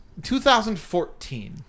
2014